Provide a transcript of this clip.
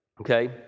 Okay